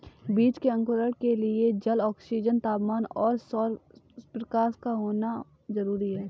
बीज के अंकुरण के लिए जल, ऑक्सीजन, तापमान और सौरप्रकाश का होना जरूरी है